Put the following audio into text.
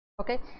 okay